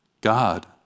God